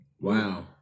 Wow